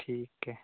ठीक है